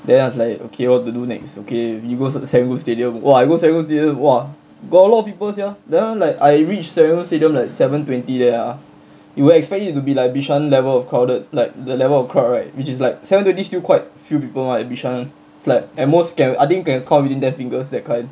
then I was like okay what to do next okay we go serangoon stadium !wah! I go serangoon stadium !wah! got a lot of people sia that one like I reach serangoon stadium like seven twenty there ah you expect it to be like bishan level of crowded like the level of crowd right which is like seven twenty still quite few people mah at bishan it's like at most can I think can count within their fingers that kind